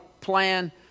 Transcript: plan